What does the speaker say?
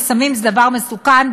וסמים זה דבר מסוכן,